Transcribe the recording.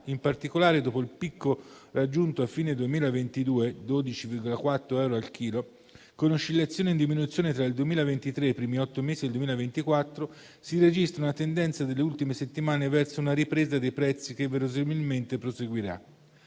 in particolare, dopo il picco raggiunto a fine 2022 (12,4 euro al chilo), con oscillazioni in diminuzione tra il 2023 e i primi otto mesi del 2024, si registra una tendenza nelle ultime settimane verso una ripresa dei prezzi che verosimilmente proseguirà.